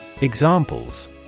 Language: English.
Examples